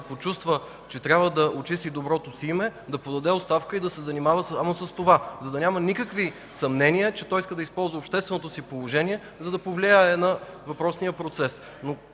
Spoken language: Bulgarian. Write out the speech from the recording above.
почувства, че трябва да очисти доброто си име, да подаде оставка и да се занимава само с това, за да няма никакви съмнения, че той иска да използва своето обществено положение, за да повлияе на въпросния процес.